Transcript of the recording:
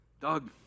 Doug